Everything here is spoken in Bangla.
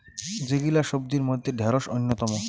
যেগিলা সবজির মইধ্যে ঢেড়স অইন্যতম